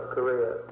Korea